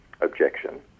objection